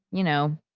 you know.